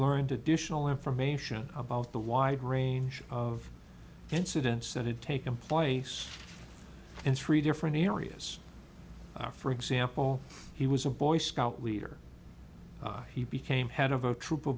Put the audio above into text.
learned additional information about the wide range of incidents that had taken place in three different areas for example he was a boy scout leader he became head of a tr